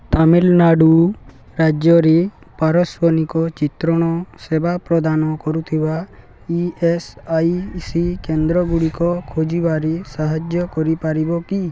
ତାମିଲନାଡ଼ୁ ରାଜ୍ୟରେ ପାରସ୍ଵନିକ ଚିତ୍ରଣ ସେବା ପ୍ରଦାନ କରୁଥିବା ଇ ଏସ୍ ଆଇ ସି କେନ୍ଦ୍ର ଗୁଡ଼ିକ ଖୋଜିବାରେ ସାହାଯ୍ୟ କରିପାରିବ କି